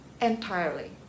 entirely